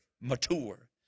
mature